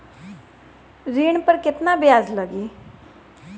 ऋण पर केतना ब्याज लगी?